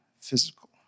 physical